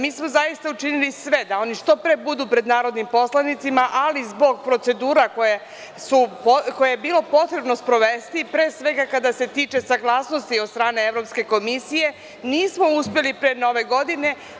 Mi smo zaista učinili sve da oni što pre budu pred narodnim poslanicima, ali zbog procedura koje je bilo potrebno sprovesti pre sve kada se tiče saglasnosti od strane Evropske komisije, nismo uspeli pre nove godine.